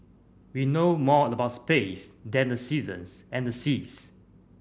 we know more about space than the seasons and the seas